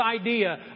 idea